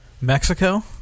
Mexico